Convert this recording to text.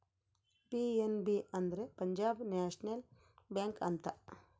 PNB ಅಂದ್ರೆ Punjab national bank ಅಂತ